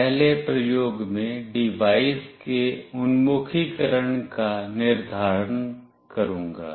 पहले प्रयोग में डिवाइस के उन्मुखीकरण का निर्धारण करूंगा